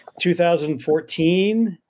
2014